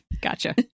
Gotcha